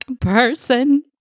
person